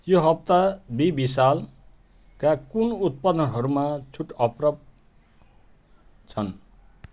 यो हप्ता बी विशालका कुन उत्पादनहरूमा छुट अप्रब छन्